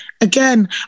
again